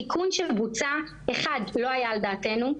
התיקון שבוצע לא היה על דעתנו,